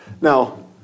Now